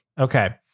Okay